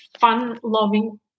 fun-loving